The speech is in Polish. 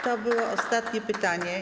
To było ostatnie pytanie.